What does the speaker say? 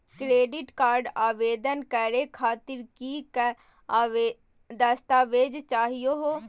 Credit card आवेदन करे खातीर कि क दस्तावेज चाहीयो हो?